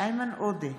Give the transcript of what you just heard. איימן עודה,